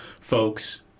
folks